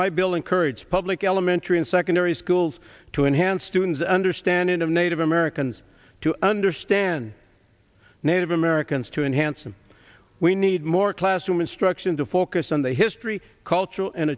my bill encourage public elementary and secondary schools to enhance students understanding of native americans to understand native americans to enhance and we need more classroom instruction to focus on the history cultural and